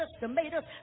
tomatoes